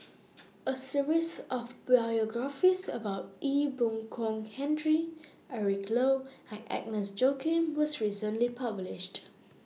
A series of biographies about Ee Boon Kong Henry Eric Low and Agnes Joaquim was recently published